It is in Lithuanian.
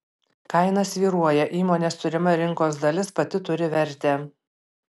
kaina svyruoja įmonės turima rinkos dalis pati turi vertę